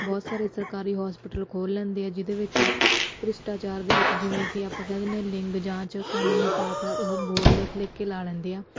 ਬਹੁਤ ਸਾਰੇ ਸਰਕਾਰੀ ਹੌਸਪੀਟਲ ਖੋਲ੍ਹ ਲੈਂਦੇ ਆ ਜਿਹਦੇ ਵਿੱਚ ਭ੍ਰਿਸ਼ਟਾਚਾਰ ਦੇ ਵਿੱਚ ਜਿਵੇਂ ਕਿ ਆਪਾਂ ਕਹਿ ਦਿੰਦੇ ਹਾਂ ਲਿੰਗ ਜਾਂਚ ਕਾਨੂੰਨੀ ਪਾਪ ਹੈ ਉਹ ਬੋਰਡ ਲਿਖ ਲਿਖ ਕੇ ਲਾ ਲੈਂਦੇ ਆ